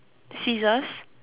scissors